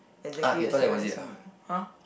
exactly the same as me har